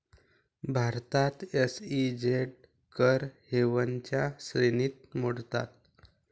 भारतात एस.ई.झेड कर हेवनच्या श्रेणीत मोडतात